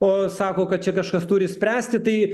o sako kad čia kažkas turi spręsti tai